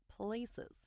places